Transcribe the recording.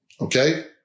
Okay